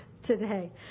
today